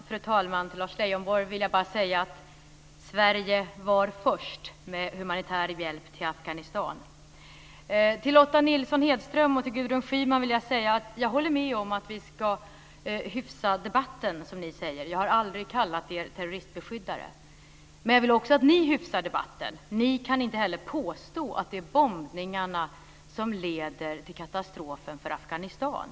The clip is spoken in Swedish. Fru talman! Lars Leijonborg, Sverige var först med humanitär hjälp till Afghanistan. Lotta Nilsson-Hedström och Gudrun Schyman, jag håller med om att vi ska hyfsa debatten, som ni säger - jag har aldrig kallat er för terroristbeskyddare. Jag vill att också ni hyfsar debatten. Inte heller kan ni påstå att det är bombningarna som leder till katastrofen för Afghanistan.